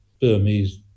burmese